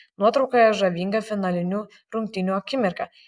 nuotraukoje žavinga finalinių rungtynių akimirka